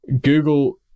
Google